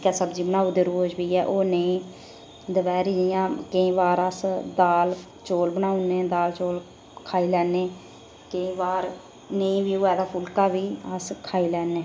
इक्कै सब्जी बनाई ओड़दे रोज़ दपैहरीं जि'यां केईं बार अस दाल चौल बनाई ओड़ने दाल चौल खाई लैनें केईं बार नेईं बी होऐ ते फुल्का अस खाई लैने